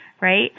right